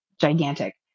gigantic